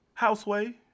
Houseway